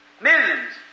millions